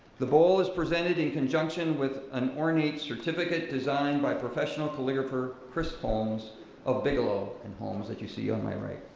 the bowl is presented in conjunction with an ornate certificate designed by professional calligrapher kris holmes of bigelow and holmes that you see on my right.